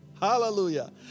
Hallelujah